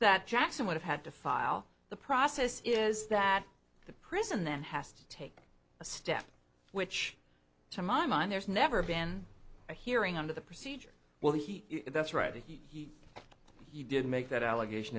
that jackson would have had to file the process is that the prison then has to take a step which to my mind there's never been a hearing under the procedure will he that's right he did make that allegation